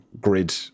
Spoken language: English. grid